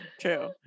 true